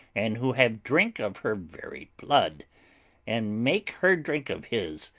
and who have drink of her very blood and make her drink of his,